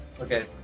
Okay